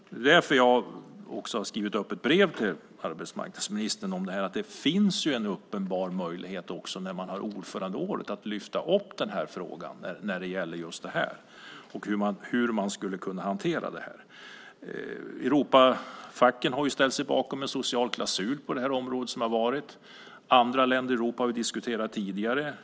Det är därför som jag också har skrivit ett öppet brev till arbetsmarknadsministern om det här. Det finns ju en uppenbar möjlighet när man har ordförandeåret att lyfta upp den här frågan när det gäller just det här och hur man skulle kunna hantera det här. Europafacken har ställt sig bakom en social klausul på det här området. Andra länder i Europa har vi diskuterat tidigare.